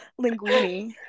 Linguini